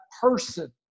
person